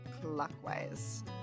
clockwise